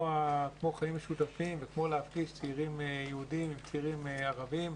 חיים משותפים וכמו להפגיש צעירים יהודים עם צעירים ערבים,